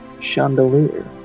chandelier